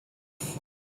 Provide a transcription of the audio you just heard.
rhydd